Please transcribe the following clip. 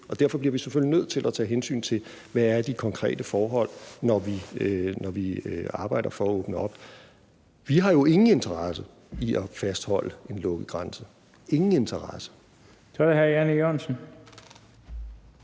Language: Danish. derfor bliver vi selvfølgelig nødt til at tage hensyn til, hvad de konkrete forhold er, når vi arbejder for at åbne op. Vi har jo ingen interesse i at fastholde en lukket grænse – ingen interesse. Kl. 13:29 Den fg.